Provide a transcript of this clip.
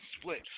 split